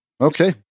Okay